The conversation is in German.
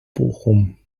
bochum